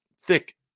thick